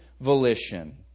volition